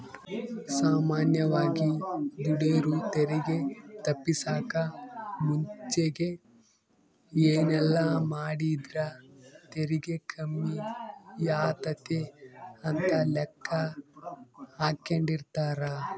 ಸಾಮಾನ್ಯವಾಗಿ ದುಡೆರು ತೆರಿಗೆ ತಪ್ಪಿಸಕ ಮುಂಚೆಗೆ ಏನೆಲ್ಲಾಮಾಡಿದ್ರ ತೆರಿಗೆ ಕಮ್ಮಿಯಾತತೆ ಅಂತ ಲೆಕ್ಕಾಹಾಕೆಂಡಿರ್ತಾರ